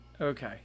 Okay